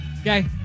Okay